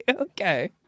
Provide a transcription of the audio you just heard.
okay